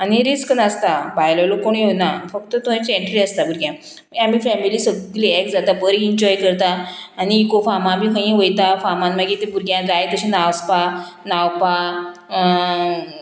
आनी रिस्क नासता भायलो लोक कोणूय येवना फक्त तुमची एंट्री आसता भुरग्यांक आमी फॅमिली सगली एक जाता बरी इन्जॉय करता आनी इको फामा बी खंयीय वयता फामान मागीर ते भुरग्यांक जाय तशें नाचपा न्हांवपा